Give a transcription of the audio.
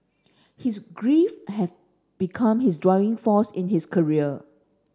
his grief have become his driving force in his career